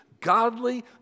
godly